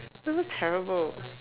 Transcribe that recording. so terrible